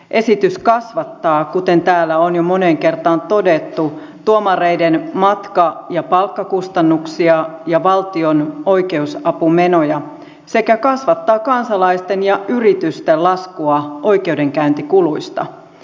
esitys kasvattaa kuten täällä on jo moneen kertaan todettu tuomareiden matka ja palkkakustannuksia ja valtion oikeusapumenoja sekä kansalaisten ja yritysten laskua oikeudenkäyntikuluista